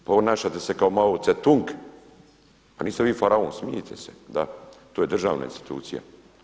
Ponašate se kao Mao Ce-tung, pa niste vi faraon, smijte se, da, to je državna institucija.